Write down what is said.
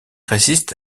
résiste